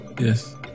Yes